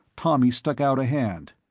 tommy stuck out a hand.